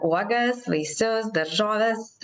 uogas vaisius daržoves